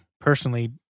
personally